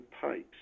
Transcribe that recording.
pipes